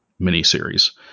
miniseries